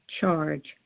charge